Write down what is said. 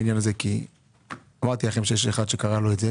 כי יש לי אחד שקרה לו את זה,